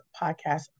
podcast